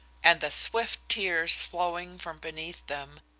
and the swift tears flowing from beneath them,